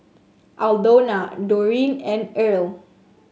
Aldona Doreen and Irl